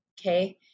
Okay